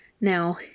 Now